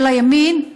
של הימין,